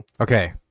Okay